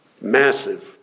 massive